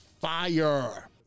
fire